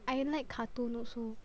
I like cartoon also